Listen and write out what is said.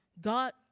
God